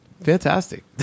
fantastic